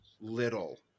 little